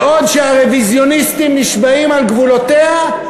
בעוד שהרוויזיוניסטים נשבעים על גבולותיה,